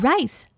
Rice